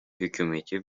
hükümeti